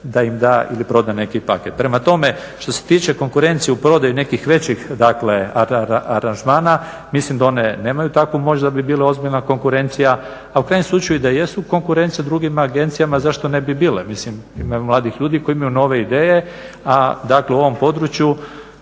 da im da ili proda neki paket. Prema tome, što se tiče konkurencije u prodaji nekih većih aranžmana mislim da one nemaju takvu moć da bi bile ozbiljna konkurencija, a u krajnjem slučaju i da jesu konkurencija drugim agencijama, zašto ne bi bile. Ima mladih ljudi koji imaju nove ideje, a dakle u ovom području